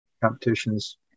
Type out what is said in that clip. competitions